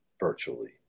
virtually